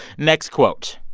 next quote